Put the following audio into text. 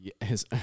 Yes